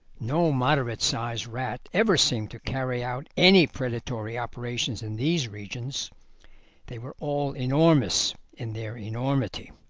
no moderate-sized rat ever seemed to carry out any predatory operations in these regions they were all enormous in their enormity.